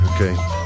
Okay